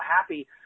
happy